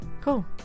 cool